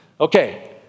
Okay